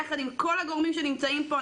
יחד עם כל הגורמים הנמצאים פה,